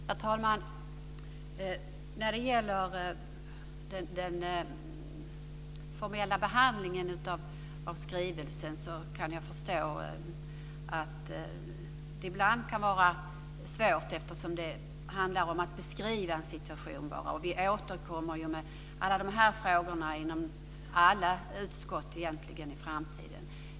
Herr talman! När det gäller den formella behandlingen av skrivelsen kan jag förstå att det ibland kan vara svårt, eftersom det bara handlar om att beskriva en situation. Vi återkommer med alla de här frågorna i egentligen alla utskott i framtiden.